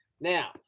Now